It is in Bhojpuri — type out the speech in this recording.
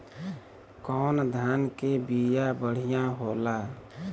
कौन धान के बिया बढ़ियां होला?